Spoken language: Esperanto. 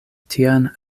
tian